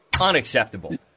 Unacceptable